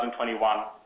2021